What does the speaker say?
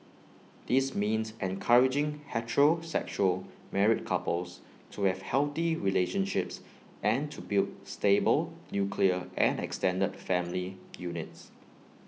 this means encouraging heterosexual married couples to have healthy relationships and to build stable nuclear and extended family units